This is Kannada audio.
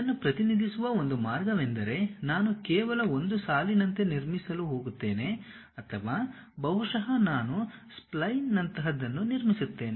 ಇದನ್ನು ಪ್ರತಿನಿಧಿಸುವ ಒಂದು ಮಾರ್ಗವೆಂದರೆ ನಾನು ಕೇವಲ ಒಂದು ಸಾಲಿನಂತೆ ನಿರ್ಮಿಸಲು ಹೋಗುತ್ತೇನೆ ಅಥವಾ ಬಹುಶಃ ನಾನು ಸ್ಪ್ಲೈನ್ನಂತಹದನ್ನು ನಿರ್ಮಿಸುತ್ತೇನೆ